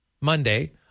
Monday